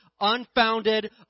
unfounded